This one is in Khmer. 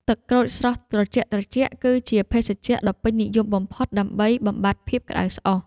ទឹកក្រូចស្រស់ត្រជាក់ៗ គឺជាភេសជ្ជៈដ៏ពេញនិយមបំផុតដើម្បីបំបាត់ភាពក្តៅស្អុះ។